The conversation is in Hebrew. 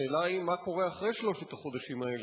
השאלה היא מה קורה אחרי שלושת החודשים האלה.